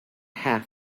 have